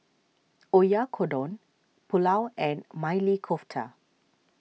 Oyakodon Pulao and Maili Kofta